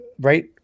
right